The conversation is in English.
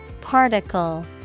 Particle